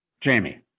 Jamie